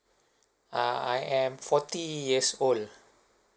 uh I am forty years old